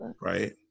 Right